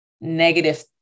negative